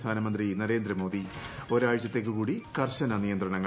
പ്രധാനമന്ത്രി നരേന്ദ്രമോദി ഒരാഴ്ചത്തേയ്ക്ക് കൂടി കർശന നിയന്ത്രണങ്ങൾ